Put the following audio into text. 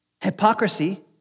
Hypocrisy